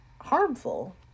harmful